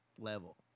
level